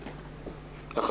בבקשה.